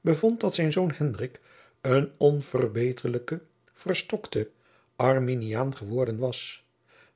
bevond dat zijn zoon hendrik een onverbeterlijke verstokte arminiaan geworden was